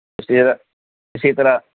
اسی اسی طرح